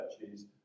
churches